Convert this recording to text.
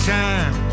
time